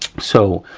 so,